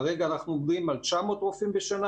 כרגע אנחנו עומדים על 900 רופאים בשנה,